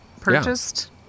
purchased